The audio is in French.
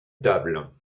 tables